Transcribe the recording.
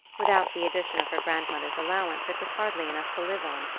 without the addition of her grandmother's allowance it was hardly enough to live on,